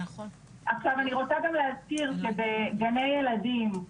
עכשיו, אני רוצה גם להזכיר שבגני ילדים,